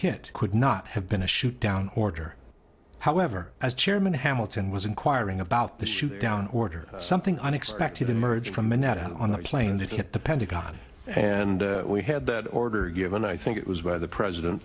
hit could not have been a shoot down order however as chairman hamilton was inquiring about the shoot down order something unexpected emerged from moneta on the plane that hit the pentagon and we had that order given i think it was where the president